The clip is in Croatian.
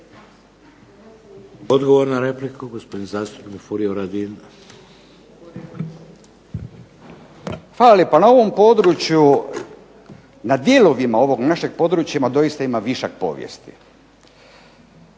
Odgovor na repliku, gospodin zastupnik Furio Radin. **Radin, Furio (Nezavisni)** Hvala lijepa. Na ovom području, na dijelovima ovog našeg područja doista ima višak povijesti.